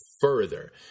further